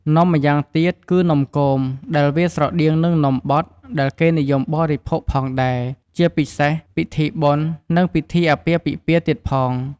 នំម្យ៉ាងទៀត គឺនំគម ដែលវាស្រដៀងនឹងនំបត់ ដែលគេនិយមបរិភោគផងដែរ ជាពិសេសពិធីបុណ្យ និងពីធីអាពាហ៍ពិពាហ៍ទៀតផង។